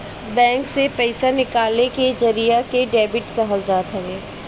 bank से पईसा निकाले के जरिया के डेबिट कहल जात हवे